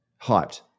Hyped